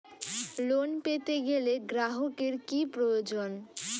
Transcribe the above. Loan পেতে গেলে গ্রাহকের কি প্রয়োজন?